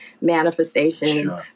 manifestation